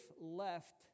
left